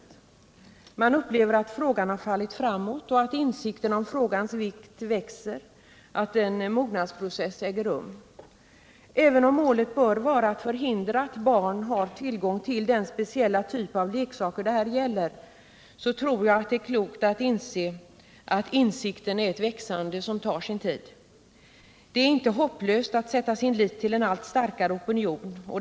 Fredagen den Man upplever att frågan har fallit framåt, att insikten om frågans vikt 9 december 1977 växer, att en mognadsprocess äger rum. noe svs Även om målet bör vara att förhindra att barn har tillgång till den — Förbud mot import speciella typ av leksaker det här gäller, tror jag att vi skall besinna att — och försäljning av insikten förutsätter ett växande som tar sin tid. Det är inte hopplöst = krigsleksaker att sätta sin lit till en allt starkare opinion.